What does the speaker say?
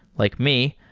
like me,